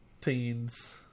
Teens